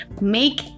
make